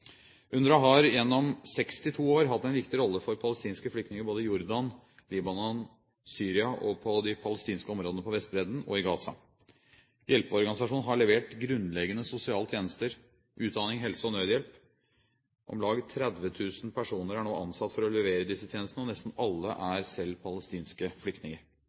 UNRWA har gjennom 62 år hatt en viktig rolle for palestinske flyktninger både i Jordan, i Libanon, i Syria og i de palestinske områdene på Vestbredden og i Gaza. Hjelpeorganisasjonen har levert grunnleggende sosiale tjenester, som utdanning, helsetjenester og nødhjelp. Om lag 30 000 personer er nå ansatt for å levere disse tjenestene, og nesten alle